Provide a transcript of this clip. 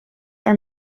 are